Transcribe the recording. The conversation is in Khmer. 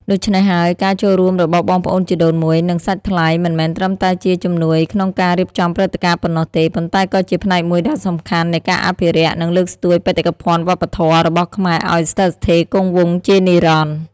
ដូច្នេះហើយ ការចូលរួមរបស់បងប្អូនជីដូនមួយ និងសាច់ថ្លៃ មិនមែនត្រឹមតែជាជំនួយក្នុងការរៀបចំព្រឹត្តិការណ៍ប៉ុណ្ណោះទេ ប៉ុន្តែក៏ជា ផ្នែកមួយដ៏សំខាន់នៃការអភិរក្ស និងលើកស្ទួយបេតិកភណ្ឌវប្បធម៌ របស់ខ្មែរឱ្យស្ថិតស្ថេរគង់វង្សជានិរន្តរ៍។